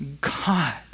God